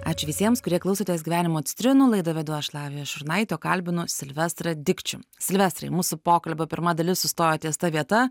ačiū visiems kurie klausotės gyvenimo citrinų laidą vedu aš lavija šurnaitė o kalbinu silvestrą dikčių silvestrai mūsų pokalbio pirma dalis sustojo ties ta vieta